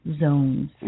zones